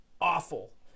awful